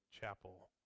chapel